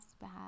bad